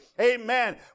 amen